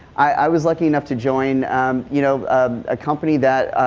i was lucky enough to join you know ah a company that